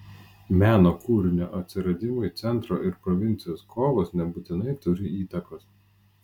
meno kūrinio atsiradimui centro ir provincijos kovos nebūtinai turi įtakos